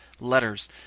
letters